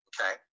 Okay